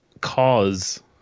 cause